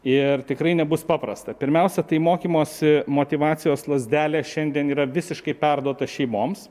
ir tikrai nebus paprasta pirmiausia tai mokymosi motyvacijos lazdelė šiandien yra visiškai perduota šeimoms